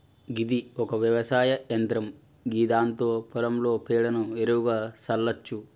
గిది ఒక వ్యవసాయ యంత్రం గిదాంతో పొలంలో పేడను ఎరువుగా సల్లచ్చు